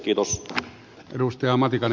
ei minulla muuta